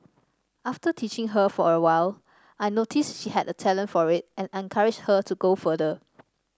after teaching her for a while I noticed she had a talent for it and encouraged her to go further